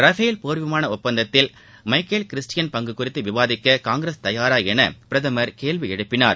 Rafale போர் விமான ஓப்பந்தத்தில் மைக்கேல் கிறிஸ்டினின் பங்கு குறித்து விவாதிக்க காங்கிரஸ் தயாரா என பிரதமர் கேள்வி எழுப்பினார்